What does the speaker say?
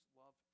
love